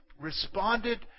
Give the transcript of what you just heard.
responded